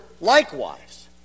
likewise